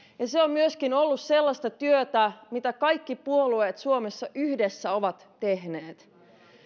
ja ja se on myöskin ollut sellaista työtä mitä kaikki puolueet suomessa yhdessä ovat tehneet